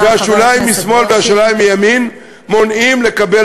חבר הכנסת